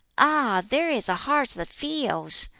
ah, there is a heart that feels!